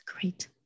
Great